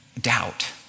doubt